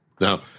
Now